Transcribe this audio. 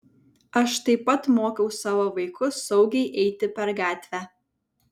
aš taip pat mokiau savo vaikus saugiai eiti per gatvę